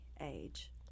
age